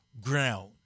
ground